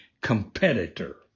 competitor